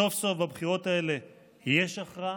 סוף-סוף בבחירות האלה יש הכרעה,